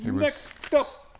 you know next up